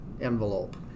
envelope